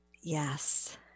Yes